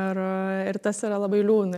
ir ir tas yra labai liūdna